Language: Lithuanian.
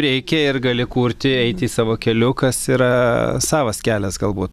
reikia ir gali kurti eiti savo keliu kas yra savas kelias galbū